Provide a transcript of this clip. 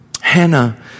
Hannah